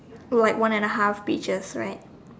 like one and a half peaches right